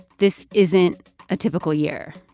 this isn't a typical year.